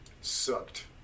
sucked